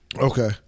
Okay